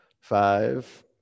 Five